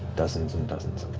dozens and dozens